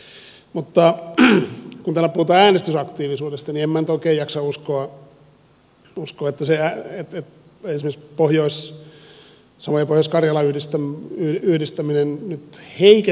kun täällä puhutaan äänestysaktiivisuudesta niin en minä nyt oikein jaksa uskoa että esimerkiksi pohjois savon ja pohjois karjalan yhdistäminen nyt heikentäisi äänestysaktiivisuutta